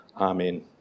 Amen